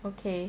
okay